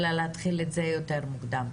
אלא להתחיל את זה יותר מוקדם?